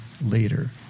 later